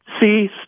see